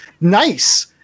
nice